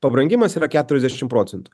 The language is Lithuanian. pabrangimas yra keturiasdešim procentų